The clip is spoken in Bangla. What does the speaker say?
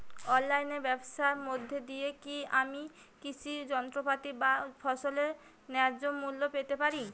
অনলাইনে ব্যাবসার মধ্য দিয়ে কী আমি কৃষি যন্ত্রপাতি বা ফসলের ন্যায্য মূল্য পেতে পারি?